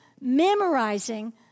memorizing